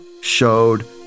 showed